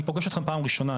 אני פוגש אותך בפעם הראשונה,